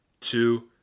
two